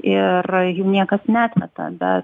ir jų niekas neatmeta bet